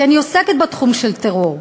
כי אני עוסקת בתחום של טרור: